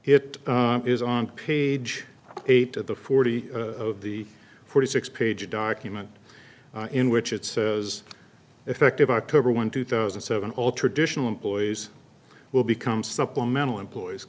it is on page eight of the forty of the forty six page document in which it says effective october one two thousand and seven all traditional employees will become supplemental employ